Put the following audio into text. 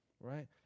right